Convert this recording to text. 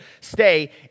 stay